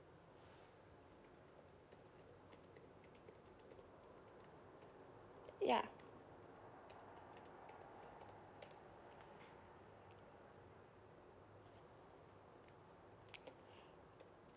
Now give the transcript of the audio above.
ya